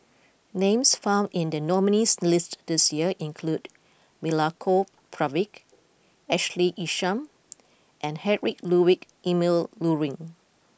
names found in the nominees' list this year include Milenko Prvacki Ashley Isham and Heinrich Ludwig Emil Luering